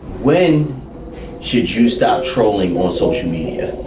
when should you start trolling for social media.